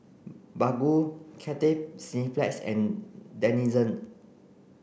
Baggu Cathay Cineplex and Denizen